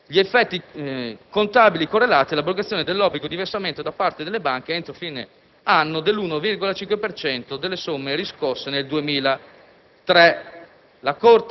si segnalano gli effetti contabili correlati all'abrogazione dell'obbligo di versamento da parte delle banche, entro fine anno, dell'1,5 per cento delle somme riscosse nel 2003.